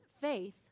faith